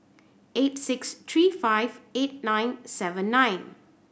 eight six three five eight nine seven nine